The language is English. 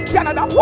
Canada